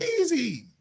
Easy